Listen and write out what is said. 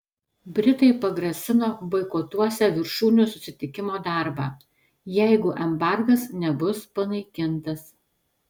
britai pagrasino boikotuosią viršūnių susitikimo darbą jeigu embargas nebus panaikintas